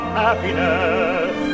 happiness